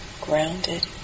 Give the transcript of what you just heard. grounded